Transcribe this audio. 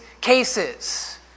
cases